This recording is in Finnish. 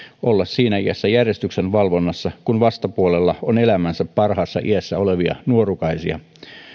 olla siinä iässä järjestyksenvalvonnassa kun vastapuolella on elämänsä parhaassa iässä olevia nuorukaisia